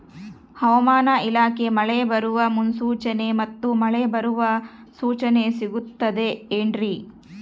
ಹವಮಾನ ಇಲಾಖೆ ಮಳೆ ಬರುವ ಮುನ್ಸೂಚನೆ ಮತ್ತು ಮಳೆ ಬರುವ ಸೂಚನೆ ಸಿಗುತ್ತದೆ ಏನ್ರಿ?